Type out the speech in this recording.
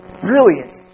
brilliant